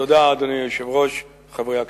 תודה, אדוני היושב-ראש, חברי הכנסת.